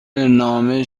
نامه